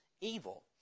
evil